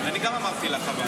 אני גם אמרתי לה שחבל,